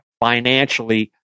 financially